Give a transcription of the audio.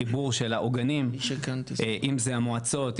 חיבור של העוגנים אם זה המועצות,